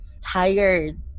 tired